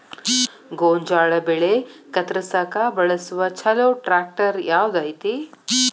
ಗೋಂಜಾಳ ಬೆಳೆ ಕತ್ರಸಾಕ್ ಬಳಸುವ ಛಲೋ ಟ್ರ್ಯಾಕ್ಟರ್ ಯಾವ್ದ್ ಐತಿ?